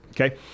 Okay